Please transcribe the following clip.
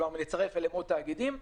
כלומר לצרף אליהם עוד תאגידים,